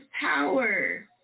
power